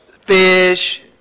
Fish